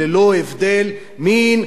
ללא הבדל מין,